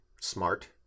smart